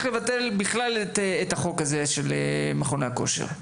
לבטל בכלל את החוק הזה של מכוני הכושר.